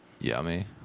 Yummy